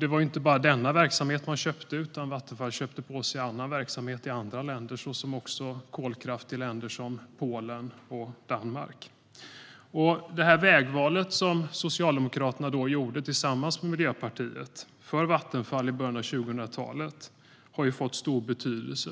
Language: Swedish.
Det var inte bara denna verksamhet man köpte, utan Vattenfall köpte på sig annan verksamhet i andra länder och kolkraft även i länder såsom Polen och Danmark. Vägvalet för Vattenfall som Socialdemokraterna gjorde tillsammans med Miljöpartiet i början av 2000-talet har ju fått stor betydelse.